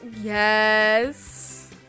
Yes